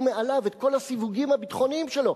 מעליו את כל הסיווגים הביטחוניים שלו.